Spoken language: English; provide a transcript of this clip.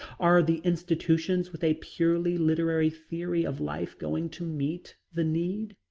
are the institutions with a purely literary theory of life going to meet the need?